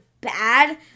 bad